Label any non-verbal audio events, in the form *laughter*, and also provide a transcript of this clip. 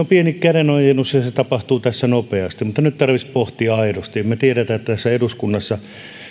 *unintelligible* pieni kädenojennus ja se tapahtuu tässä nopeasti mutta nyt tarvitsisi pohtia aidosti me tiedämme että tässä eduskunnassa